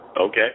Okay